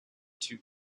two